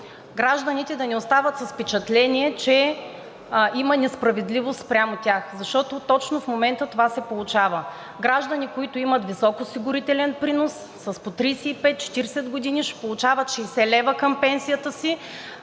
гражданите да не остават с впечатление, че има несправедливост спрямо тях, защото в момента се получава точно това – граждани, които имат висок осигурителен принос с по 35 – 40 години ще получават 60 лв. към пенсията си,